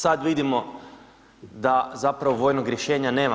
Sad vidimo da zapravo vojnog rješenja nema.